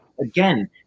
again